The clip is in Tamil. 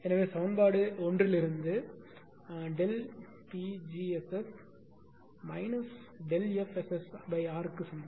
எனவே சமன்பாடு ஒன்றிலிருந்து will PgSS ΔF SSR க்கு சமம்